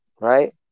right